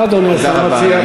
מה אדוני השר מציע?